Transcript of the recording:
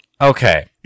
okay